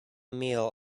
meal